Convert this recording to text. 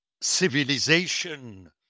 civilization